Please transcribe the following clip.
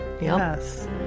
Yes